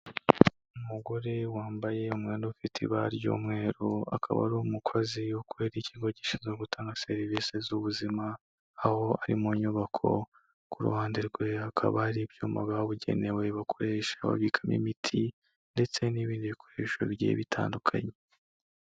Umugore wambaye umwenda ufite ibara ry'umweru, akaba ari umukozi kubera ikigo gishinzwe gutanga serivisi z'ubuzima, aho ari mu nyubako ku ruhande rwe hakaba hari ibyuma byabugenewe bakoresha babika mo imiti ndetse n'ibindi bikoresho bigiye bitandukanye.